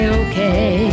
okay